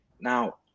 Now